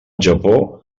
japó